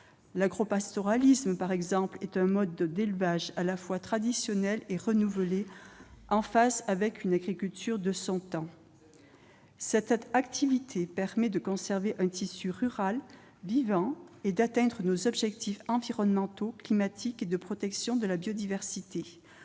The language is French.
L'agropastoralisme, par exemple, est un mode d'élevage à la fois traditionnel et renouvelé, en phase avec une agriculture de son temps. Très bien ! Cette activité permet de conserver un tissu rural vivant et d'atteindre nos objectifs environnementaux, climatiques et de protection de la biodiversité.